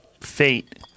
fate